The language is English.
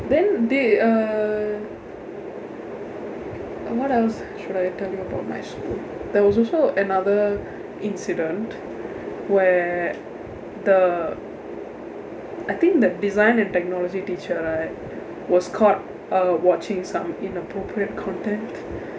then they uh and what else should I tell you about my school there was also another incident where the I think the design and technology teacher right was caught uh watching some inappropriate content